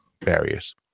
barriers